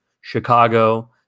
Chicago